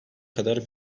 kadar